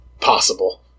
possible